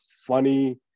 funny